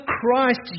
Christ